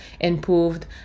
improved